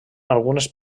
algunes